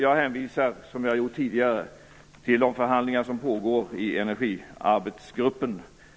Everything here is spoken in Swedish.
Jag hänvisar, som jag tidigare gjort, till de förhandlingar som pågår i energiarbetsgruppen.